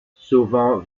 sauvant